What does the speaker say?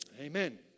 Amen